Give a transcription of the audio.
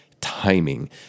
timing